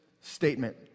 statement